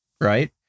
right